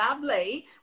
lovely